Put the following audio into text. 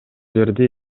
жерде